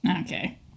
Okay